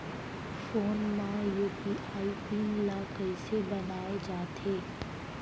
Phone म UPI PIN ल कइसे बनाये जाथे?